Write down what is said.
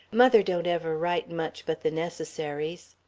mother don't ever write much but the necessaries.